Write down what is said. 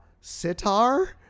sitar